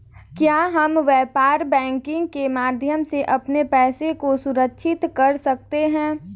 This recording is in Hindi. क्या हम व्यापार बैंकिंग के माध्यम से अपने पैसे को सुरक्षित कर सकते हैं?